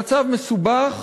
המצב מסובך